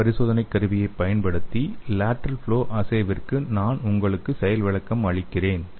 கர்ப்ப பரிசோதனைக் கருவியைப் பயன்படுத்தி லேடெரல் ஃப்ளொ அஸ்ஸேவிற்கு நான் உங்களுக்கு செயல் விளக்கம் அளிக்கிறேன்